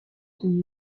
qui